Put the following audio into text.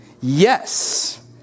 Yes